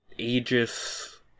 Aegis